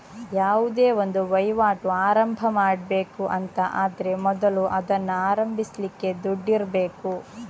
ಯಾವುದೇ ಒಂದು ವೈವಾಟು ಆರಂಭ ಮಾಡ್ಬೇಕು ಅಂತ ಆದ್ರೆ ಮೊದಲು ಅದನ್ನ ಆರಂಭಿಸ್ಲಿಕ್ಕೆ ದುಡ್ಡಿರ್ಬೇಕು